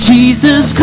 Jesus